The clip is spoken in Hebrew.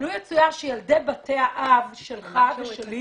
לו יצויר שילדי בתי האב שלך ושלי